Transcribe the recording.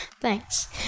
Thanks